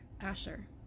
Asher